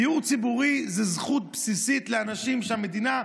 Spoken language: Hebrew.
דיור ציבורי זה זכות בסיסית לאנשים שהמדינה,